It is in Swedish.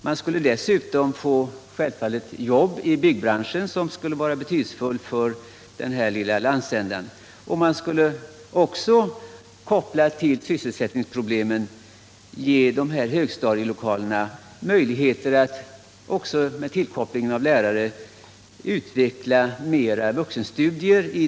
Man skulle dessutom skapa jobb i byggbranschen, vilket är betydelsefullt för den här lilla landsändan. Man skulle —- något som också är kopplat till sysselsättningsproblemen — då även i dessa högstadielokaler kunna bedriva mera vuxenstudier.